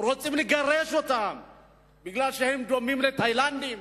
רוצים לגרש אותם כי הם דומים לתיאלנדים?